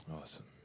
awesome